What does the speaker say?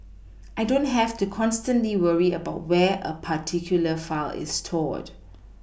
I don't have to constantly worry about where a particular file is stored